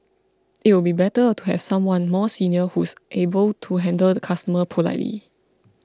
it'll be better to have someone more senior who's able to handle the customer politely